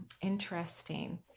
interesting